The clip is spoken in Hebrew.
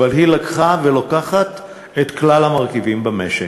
אבל היא לקחה, ולוקחת, את כלל המרכיבים במשק.